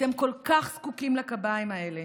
אתם כל כך זקוקים לקביים האלה,